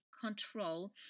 control